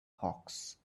hawks